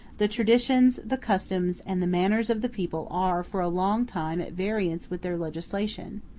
the traditions, the customs, and the manners of the people are for a long time at variance with their legislation